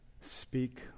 speak